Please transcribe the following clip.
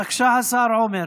בבקשה, עמר,